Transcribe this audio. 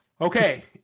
okay